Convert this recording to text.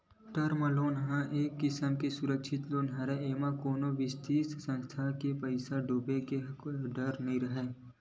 term loan ह एक किसम के सुरक्छित लोन हरय एमा कोनो बित्तीय संस्था के पइसा डूबे के डर नइ राहय